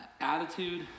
Attitude